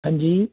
हांजी